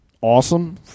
Awesome